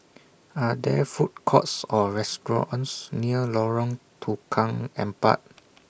Are There Food Courts Or restaurants near Lorong Tukang Empat